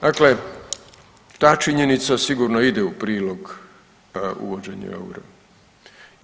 Dakle, ta činjenica sigurno ide u prilog uvođenja eura.